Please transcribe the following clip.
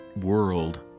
world